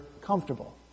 comfortable